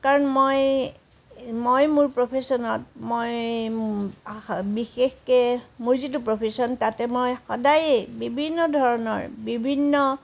কাৰণ মই মই মোৰ প্ৰফেশ্যনত মই আশ বিশেষকৈ মোৰ যিটো প্ৰফেশ্যন তাতে মই সদায়েই বিভিন্ন ধৰণৰ বিভিন্ন